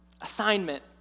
Assignment